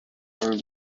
are